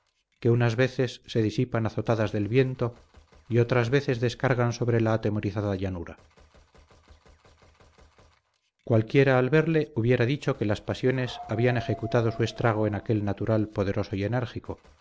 que unas veces se disipan azotadas del viento y otras veces descargan sobre la atemorizada llanura cualquiera al verle hubiera dicho que las pasiones habían ejecutado su estrago en aquel natural poderoso y enérgico